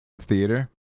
theater